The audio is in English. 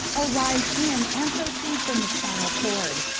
arise in and proceed from the spinal cord,